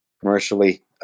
commercially